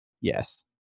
Yes